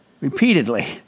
repeatedly